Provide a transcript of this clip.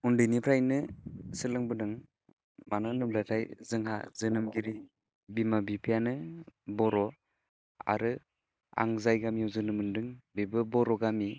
उन्दैनिफ्राइनो सोलोंबोदों मानो होनोब्लाथाय जोंहा जोनोमगिरि बिमा बिफायानो बर' आरो आं जाय गामियाव जोनोम मोन्दों बेबो बर' गामि